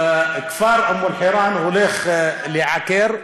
הכפר אום-אלחיראן הולך להיעקר,